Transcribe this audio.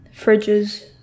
fridges